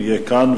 אם יהיה כאן,